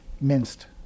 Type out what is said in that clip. minced